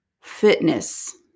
Fitness